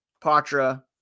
Patra